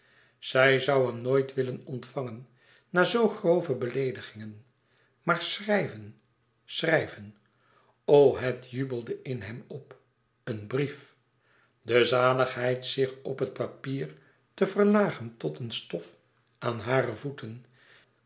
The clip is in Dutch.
zij zoû hem nooit willen ontvangen na zoo grove beleedigingen maar schrijven schrijven o het jubelde in hem op een brief de zaligheid zich op het papier te verlagen tot een stof aan hare voeten